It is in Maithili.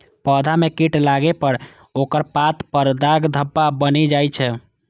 पौधा मे कीट लागै पर ओकर पात पर दाग धब्बा बनि जाइ छै